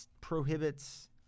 prohibits